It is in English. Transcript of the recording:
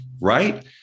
right